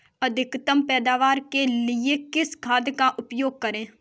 अधिकतम पैदावार के लिए किस खाद का उपयोग करें?